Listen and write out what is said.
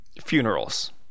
Funerals